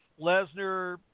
Lesnar